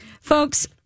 Folks